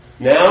Now